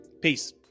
Peace